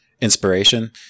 inspiration